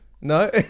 No